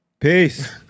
Peace